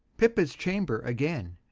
pippas chamber again.